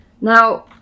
Now